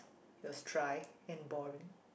it was dry and boring